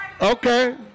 Okay